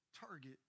target